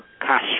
cash